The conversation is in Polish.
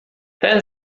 ten